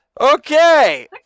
Okay